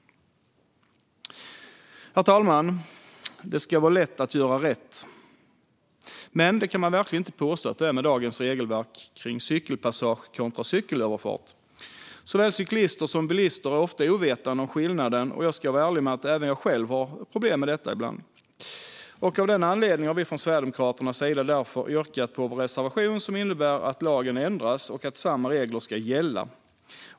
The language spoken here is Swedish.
Herr talman! Det ska vara lätt att göra rätt, men det kan man verkligen inte påstå att det är med dagens regelverk kring cykelpassage kontra cykelöverfart. Såväl cyklister som bilister är ofta ovetande om skillnaden, och jag ska vara ärlig med att även jag själv har problem med detta ibland. Av denna anledning har vi från Sverigedemokraternas sida valt att yrka bifall till vår reservation om att lagen ska ändras och att samma regler ska gälla.